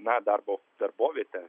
na darbo darbovietė